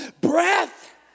breath